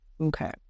Okay